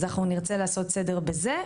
אז אנחנו נרצה לעשות סדר בזה,